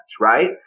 right